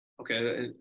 okay